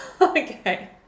Okay